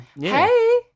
Hey